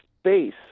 space